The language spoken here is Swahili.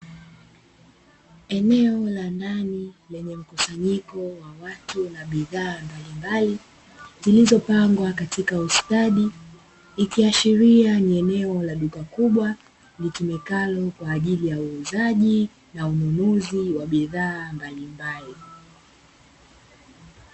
Eneo la ndani lenye mkusanyiko wa watu na bidhaa mbalimbali zilizopangwa kwa ustadi, ikiashiria ni eneo la duka kubwa litumikalo kwa ajili ya uuzaji na ununuzi wa bidhaa mbalimbali.